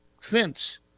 fence